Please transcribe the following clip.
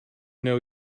know